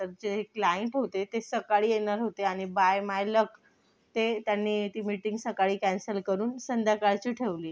तर जे क्लायंट होते ते सकाळी येणार होते आणि बाय माय लक ते त्यांनी ती मीटिंग सकाळी कॅन्सल करून संध्याकाळची ठेवली